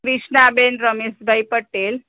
પ્રિશનાબેન રમેશભાઈ પટેલ